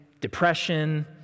depression